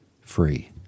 free